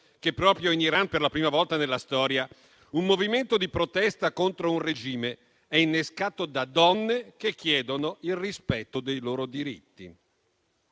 che proprio in Iran, per la prima volta nella storia, un movimento di protesta contro un regime sia innescato da donne che chiedono il rispetto dei loro diritti.